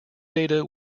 data